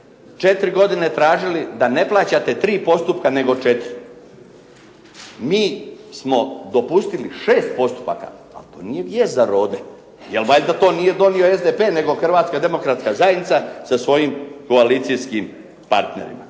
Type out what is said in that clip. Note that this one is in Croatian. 4 godine tražili da ne plaćate tri postupka nego četiri. Mi smo dopustili 6 postupaka, a to nije vijest za "Rode", jer valjda to nije donio SDP, nego Hrvatska demokratska zajednica sa svojim koalicijskim partnerima.